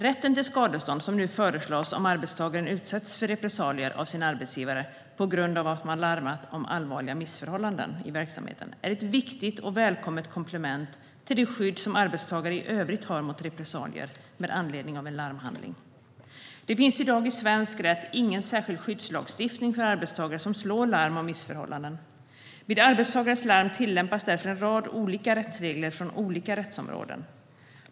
Rätten till skadestånd som nu föreslås, om arbetstagaren utsätts för repressalier av sin arbetsgivare på grund av att man larmat om allvarliga missförhållanden i verksamheten, är ett viktigt och välkommet komplement till det skydd som arbetstagare i övrigt har mot repressalier med anledning av en larmhandling. Det finns i dag i svensk rätt ingen särskild skyddslagstiftning för arbetstagare som slår larm om missförhållanden. Vid arbetstagares larm tillämpas därför en rad olika rättsregler från olika rättsområden.